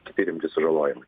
kiti rimti sužalojimai